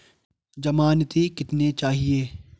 ज़मानती कितने चाहिये?